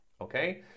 okay